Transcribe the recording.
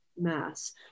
mass